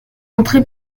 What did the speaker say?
montrée